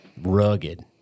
rugged